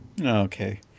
Okay